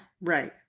Right